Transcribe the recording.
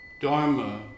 Dharma